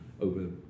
over